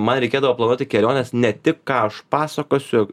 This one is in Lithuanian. man reikėdavo planuoti keliones ne tik ką aš pasakosiu